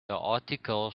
article